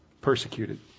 persecuted